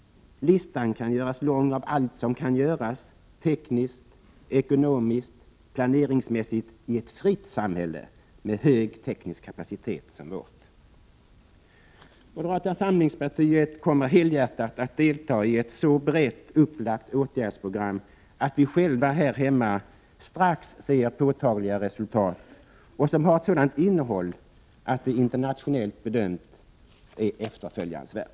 Listan kan göras lång av allt som kan utföras, tekniskt, ekonomiskt och planeringsmässigt i ett fritt samhälle med hög teknisk kapacitet som vårt. Moderata samlingspartiet kommer helhjärtat att delta i ett så brett upplagt åtgärdsprogram att vi själva här hemma strax ser påtagliga resultat och som har ett sådant innehåll att det internationellt bedömt är efterföljansvärt.